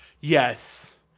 Yes